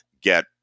get